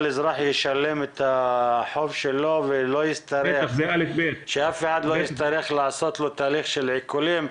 אזרח ישלם את החוב שלו ושלאף אחד לא יצטרכו לעשות תהליך של עיקולים.